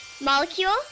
molecule